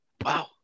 Wow